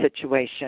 situation